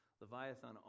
Leviathan